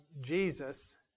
Jesus